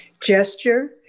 gesture